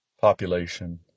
population